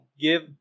give